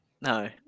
No